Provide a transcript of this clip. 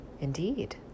Indeed